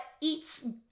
eats